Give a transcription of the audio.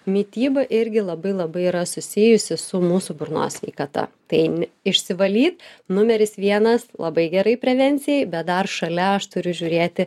mityba irgi labai labai yra susijusi su mūsų burnos sveikata tai išsivalyt numeris vienas labai gerai prevencijai bet dar šalia aš turiu žiūrėti